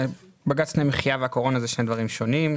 בג"ץ תנאי מחיה והקורונה זה שני דברים שונים.